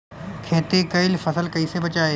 खेती कईल फसल कैसे बचाई?